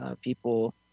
people